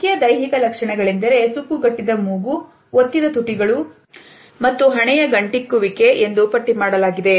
ಮುಖ್ಯ ದೈಹಿಕ ಲಕ್ಷಣಗಳೆಂದರೆ ಸುಕ್ಕುಗಟ್ಟಿದ ಮೂಗು ಒತ್ತಿದ ತುಟಿಗಳು ಮತ್ತು ಹಣೆಯ ಗಂಟಿಕ್ಕಿ ವಿಕೆ ಎಂದು ಪಟ್ಟಿಮಾಡಲಾಗಿದೆ